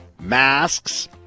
masks